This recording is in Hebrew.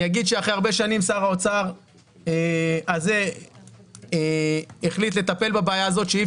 אני אומר שאחרי הרבה שנים שר האוצר הנוכחי החליט לטפל בבעיה וכי אי